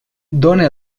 done